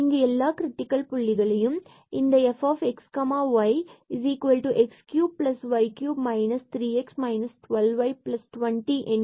இங்கு எல்லா கிரிட்டிக்கல் புள்ளிகளையும் இந்த fxyx3y3 3x 12y20